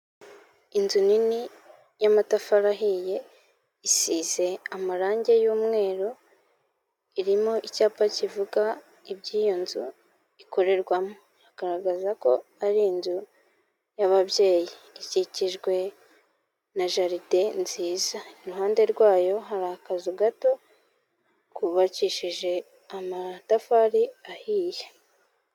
Inzu nini y'amatafari ahiye, isize amarangi y'umweru, irimo icyapa kivuga ibyo iyo nzu ikorerwamo, kiragaragaza ko ari inzu y'ababyeyi, ikikijwe na jaridi nziza, iruhande rwayo hari akazu gato kubakishije amatafari ahiye.